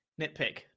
Nitpick